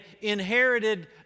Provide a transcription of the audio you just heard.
inherited